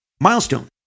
milestone